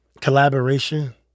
Collaboration